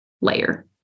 layer